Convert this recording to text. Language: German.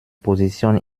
position